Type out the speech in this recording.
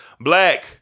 Black